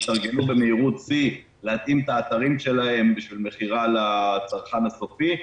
התארגנו במהירות שיא להתאים את האתרים שלהן בשביל מכירה לצרכן הסופי.